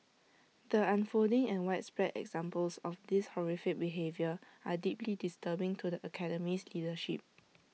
the unfolding and widespread examples of this horrific behaviour are deeply disturbing to the Academy's leadership